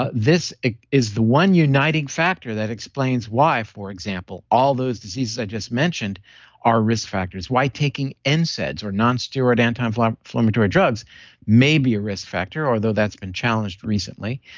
ah this is the one uniting factor that explains why, for example, all those diseases i just mentioned are risk factors. why taking nsaids or nonsteroidal antiinflammatory drugs may be a risk factor, although that's been challenged recently.